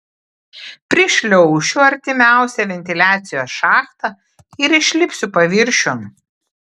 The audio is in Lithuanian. prišliaušiu artimiausią ventiliacijos šachtą ir išlipsiu paviršiun